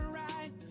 right